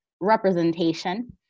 representation